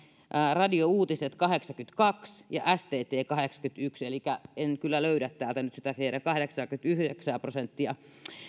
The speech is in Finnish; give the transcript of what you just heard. radiouutisia kahdeksankymmentäkaksi ja stttä kahdeksankymmentäyksi elikkä en kyllä löydä täältä nyt sitä teidän kahdeksaakymmentäyhdeksää prosenttia